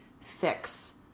fix